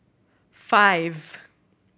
five